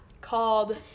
called